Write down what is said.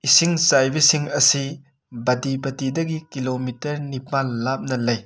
ꯏꯁꯤꯡ ꯆꯥꯏꯕꯤꯁꯤꯡ ꯑꯁꯤ ꯕꯗꯤꯄꯇꯤꯗꯒꯤ ꯀꯤꯂꯣꯃꯤꯇꯔ ꯅꯤꯄꯥꯟ ꯂꯥꯞꯅ ꯂꯩ